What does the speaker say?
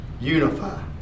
unify